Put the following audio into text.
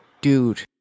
dude